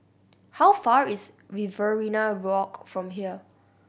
how far is Riverina Walk from here